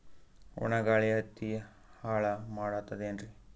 ಒಣಾ ಗಾಳಿ ಹತ್ತಿ ಹಾಳ ಮಾಡತದೇನ್ರಿ?